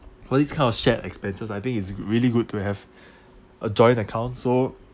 for these kind of shared expenses I think it's really good to have a joint account so